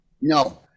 no